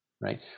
right